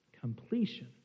completion